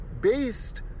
based